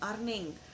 earning